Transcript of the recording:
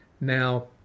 Now